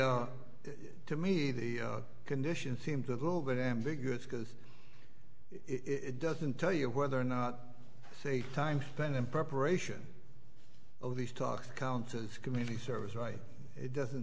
to me the conditions seem to a little bit ambiguous because it doesn't tell you whether or not a time then in preparation oh these talks counts as community service right it doesn't